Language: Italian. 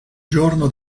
giorno